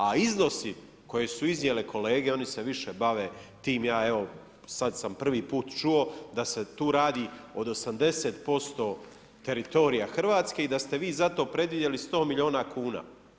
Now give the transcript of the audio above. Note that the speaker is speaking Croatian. A iznosi koje su iznijele kolege, oni se više bave tim, ja evo, sad sam prvi put čuo da se tu radi od 80% teritorija Hrvatske i da ste vi za to predvidjeli 100 milijuna kuna.